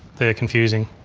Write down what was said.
they're confusing.